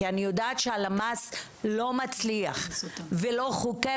כי אני יודעת שהלמ"ס לא מצליח ולא חוקר